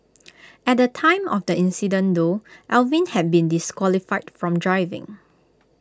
at the time of the incident though Alvin had been disqualified from driving